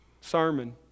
sermon